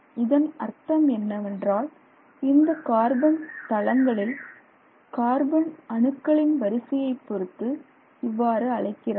இதன் அர்த்தம் என்னவென்றால் இந்த கார்பன் தளங்களில் கார்பன் அணுக்களின் வரிசையை பொருத்து இவ்வாறு அழைக்கிறார்கள்